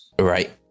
Right